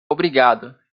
obrigado